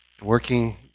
Working